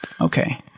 Okay